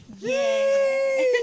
Yay